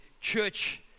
church